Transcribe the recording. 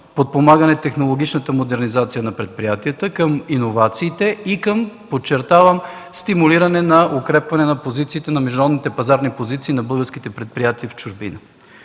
подпомагане технологичната модернизация на предприятията към иновациите и към, подчертавам, стимулиране на укрепване на позициите, на международните пазарни позиции на българските предприятия в чужбина.